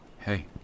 Hey